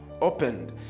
opened